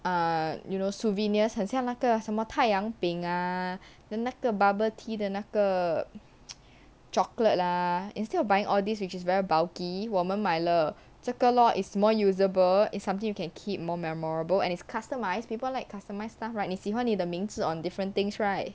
err you know souvenirs 好像那个什么太阳饼 ah the 那个 bubble tea 的那个 chocolate lah instead of buying all these which is very bulky 我们买了这个 lor is more usable it's something you can keep more memorable and it's customized people like customized stuff right 你喜欢你的名字 on different things right